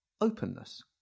openness